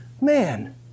man